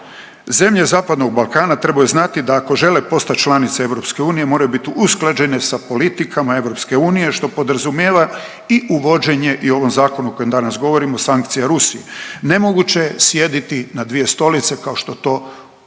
Zemlje Zapadnog Balkana trebaju znati da ako žele postat članice EU moraju bit usklađene sa politikama EU, što podrazumijeva i uvođenje, i u ovom zakonu o kojem danas govorimo, sankcije Rusiji. Nemoguće je sjediti na dvije stolice, kao što to čine